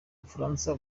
bufaransa